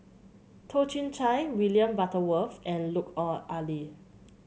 Toh Chin Chye William Butterworth and Lut Oh Ali